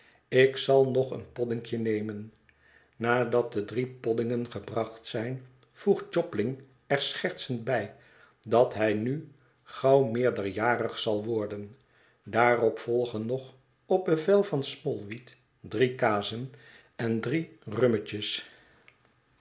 ik zal nog een poddinkje nemen nadat de drie poddingen gebracht zijn voegt jobling er schertsend bij dat hij nu gauw meerderjarig zal worden daarop volgen nog op bevel van smallweed drie kazen en drie rummetjes